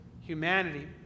humanity